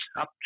up